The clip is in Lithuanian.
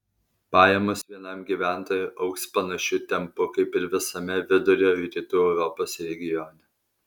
pajamos vienam gyventojui augs panašiu tempu kaip ir visame vidurio ir rytų europos regione